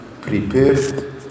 prepared